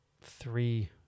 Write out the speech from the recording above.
three